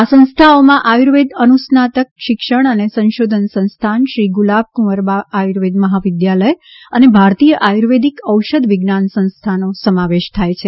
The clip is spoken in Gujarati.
આ સંસ્થાઓમાં આયુર્વેદ અનુસ્નાતક શિક્ષણ અને સંશોધન સંસ્થાન શ્રી ગુલાબકુંવરબા આયુર્વેદ મહાવિદ્યાલય અને ભારતીય આયુર્વેદિક ઔષધ વિજ્ઞાન સંસ્થાનો સમાવેશ થાય છે